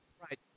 Right